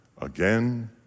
again